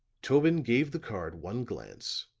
tobin gave the card one glance,